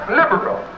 liberal